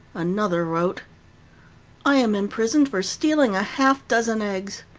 another wrote i am imprisoned for stealing a half dozen eggs.